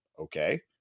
okay